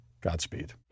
Godspeed